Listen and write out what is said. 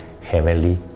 heavenly